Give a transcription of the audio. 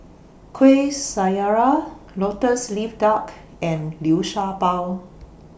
Kuih Syara Lotus Leaf Duck and Liu Sha Bao